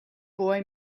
boy